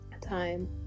...time